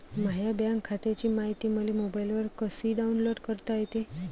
माह्या बँक खात्याची मायती मले मोबाईलवर कसी डाऊनलोड करता येते?